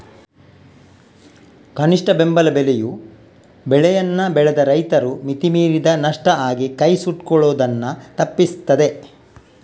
ಕನಿಷ್ಠ ಬೆಂಬಲ ಬೆಲೆಯು ಬೆಳೆಯನ್ನ ಬೆಳೆದ ರೈತರು ಮಿತಿ ಮೀರಿದ ನಷ್ಟ ಆಗಿ ಕೈ ಸುಟ್ಕೊಳ್ಳುದನ್ನ ತಪ್ಪಿಸ್ತದೆ